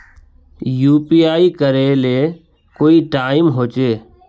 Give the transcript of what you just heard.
UPI करे ले कोई टाइम होचे?